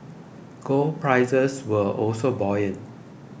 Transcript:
gold prices were also buoyant